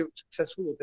successful